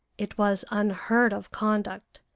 it was unheard-of conduct,